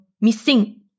missing